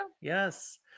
Yes